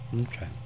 Okay